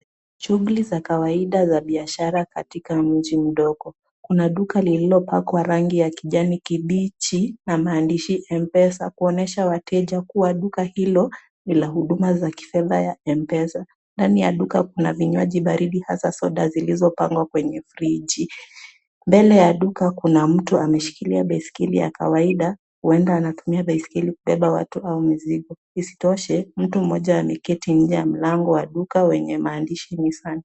Shughuli za kawaida za biashara katika mji mdogo. Kuna duka lililopakwa rangi ya kijani kibichi na maandishi M-Pesa kuonyesha wateja kuwa duka hilo, ni la huduma za kifedha la M-Pesa. Ndani ya duka kuna vinywaji baridi hasa soda zilizopangwa kwenye friji. Mbele ya duka kuna mtu ameshikilia baiskeli ya kawaida, huenda anatumia baiskeli kubeba watu au mizigo. Isitoshe, mtu mmoja ameketi nje ya mlango wa duka wenye maandishi Nissan.